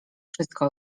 wszystko